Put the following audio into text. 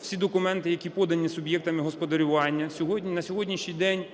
всі документи, які подані суб'єктами господарювання. На сьогоднішній день